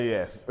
Yes